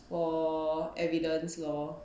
for evidence law